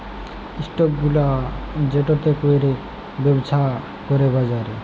stock গুলা যেটতে ক্যইরে ব্যবছা ক্যরে বাজারে